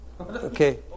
Okay